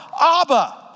Abba